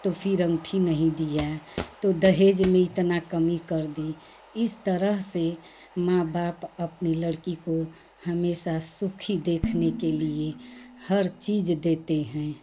तो फिर औँठी नहीं दी तो दहेज में इतनी कमी कर दी इस तरह से माँ बाप अपनी लड़की को हमेशा सुखी देखने के लिए हर चीज़ देते हैं